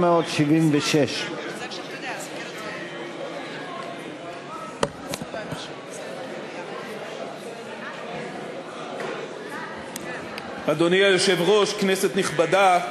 476. אדוני היושב-ראש, כנסת נכבדה,